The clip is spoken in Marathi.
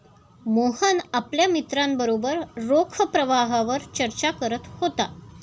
मोहन आपल्या मित्रांबरोबर रोख प्रवाहावर चर्चा करत होता